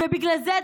ובגלל זה,